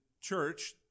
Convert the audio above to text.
church